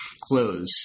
close